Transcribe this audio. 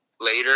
later